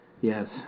Yes